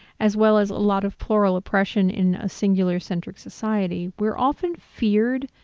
as well as a lot of plural oppression in a singular-centric society, were often feared,